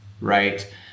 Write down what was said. right